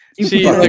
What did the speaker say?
See